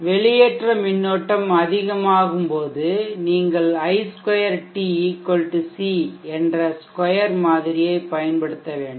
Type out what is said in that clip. வெளியேற்ற மின்னோட்டம் அதிகமாகும்போது நீங்கள் i2t C என்ற ஸ்கொயர் மாதிரியைப் பயன்படுத்த வேண்டும்